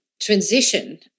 transition